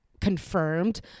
confirmed